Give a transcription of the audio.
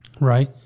Right